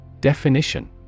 Definition